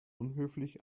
unhöflich